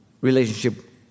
relationship